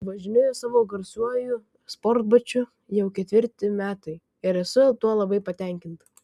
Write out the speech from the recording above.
važinėju savo garsiuoju sportbačiu jau ketvirti metai ir esu tuo labai patenkinta